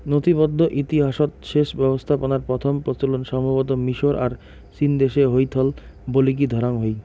নথিবদ্ধ ইতিহাসৎ সেচ ব্যবস্থাপনার প্রথম প্রচলন সম্ভবতঃ মিশর আর চীনদেশে হইথল বলিকি ধরাং হই